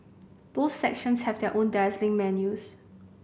both sections have their own dazzling menus